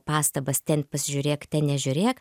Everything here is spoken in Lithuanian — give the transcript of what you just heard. pastabas ten pasižiūrėk ten nežiūrėk